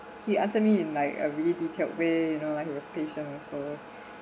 he answer me in like a really detailed way you know like he was patient also